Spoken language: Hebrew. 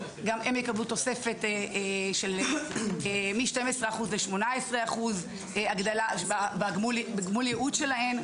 גם הן יקבלו תוספת של מ-12% ל-18% הגדלה בגמול הייעוד שלהן.